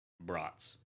brats